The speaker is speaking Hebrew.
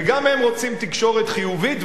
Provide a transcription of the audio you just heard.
וגם הם רוצים תקשורת חיובית,